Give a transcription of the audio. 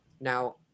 Now